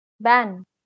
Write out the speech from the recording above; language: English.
ban